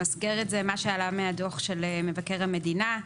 למסגר את זה ומה שעלה מהדוח של מבקר המדינה.